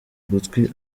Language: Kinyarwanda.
gutwi